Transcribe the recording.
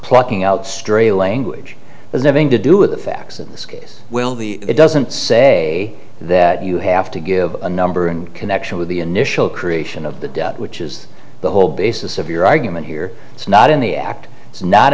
plucking out stray language has nothing to do with the facts in this case well the it doesn't say that you have to give a number in connection with the initial creation of the debt which is the whole basis of your argument here it's not in the act it's not